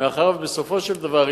מאחר שבסופו של דבר,